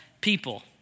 people